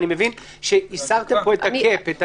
אני מבין שהסרתם פה את התקרה.